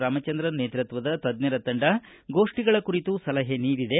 ರಾಮಚಂದ್ರನ್ ನೇತೃತ್ವದ ತಜ್ಞರ ತಂಡ ಗೋಷ್ಠಗಳ ಕುರಿತು ಸಲಹೆ ನೀಡಿದೆ